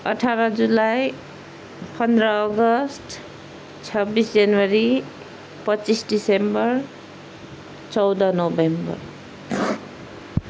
अठार जुलाई पन्ध्र अगस्ट छब्बिस जनवरी पच्चिस डिसेम्बर चौध नोभेम्बर